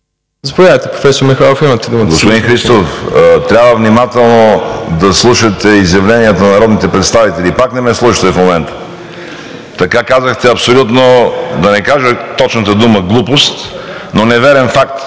Господин Христов, трябва внимателно да слушате изявленията на народните представители и пак не ме слушате в момента. Така казахте, да не кажа точната дума, глупост, но неверен факт.